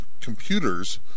computers